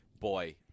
boy